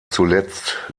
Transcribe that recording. zuletzt